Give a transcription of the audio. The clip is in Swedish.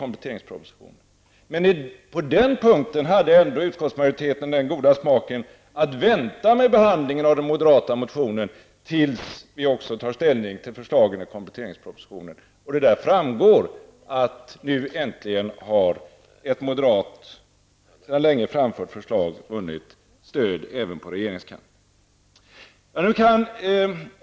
Men på den punkten hade utskottsmajoriteten ändå den goda smaken att vänta med behandlingen av den moderata motionen tills vi också tar ställning till förslagen i kompletteringspropositionen och där framgår att ett sedan länge framfört moderat förslag nu äntligen har vunnit stöd även på regeringskanten.